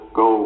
go